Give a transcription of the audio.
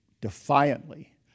defiantly